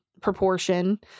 proportion